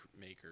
maker